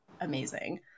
amazing